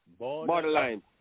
Borderline